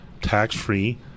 tax-free